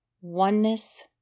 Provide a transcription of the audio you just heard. oneness